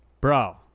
Bro